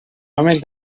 homes